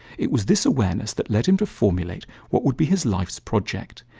it was this awareness that led him to formulate what would be his life's project,